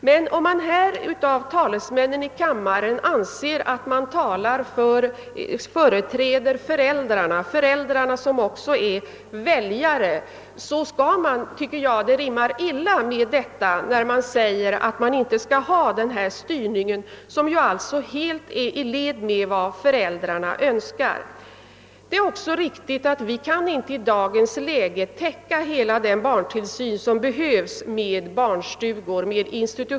Men om man här i riksdagen anser att man företräder föräldrarna, som också är väljare, tycker jag det rimmar illa när man säger att vi inte bör ha denna styrning, som ju ligger helt i linje. med föräldrarnas önskemål. a Det är också riktigt att vi i dagens läge inte kan klara hela den erforderliga barntillsynen :med barnstugor.